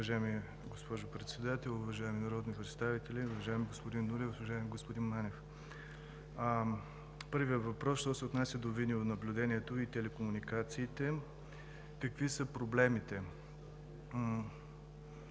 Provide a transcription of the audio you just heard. Уважаема госпожо Председател, уважаеми народни представители! Уважаеми господин Нунев, уважаеми господин Манев, що се отнася до видеонаблюдението и телекомуникациите, проблемите